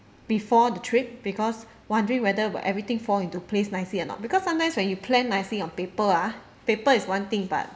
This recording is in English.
before the trip because wondering whether will everything fall into place nicely or not because sometimes when you plan nicely on paper ah paper is one thing but